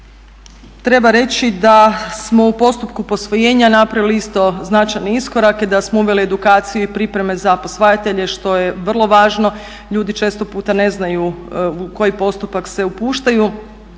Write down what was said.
Treba reći da smo u postupku posvojenja napravili isto značajne iskorake, da smo uveli edukaciju i pripreme za posvajatelje što je vrlo važno. Ljudi često puta ne znaju u koji postupak se upuštaju.